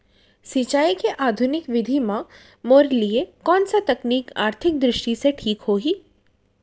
सिंचाई के आधुनिक विधि म मोर लिए कोन स तकनीक आर्थिक दृष्टि से ठीक होही?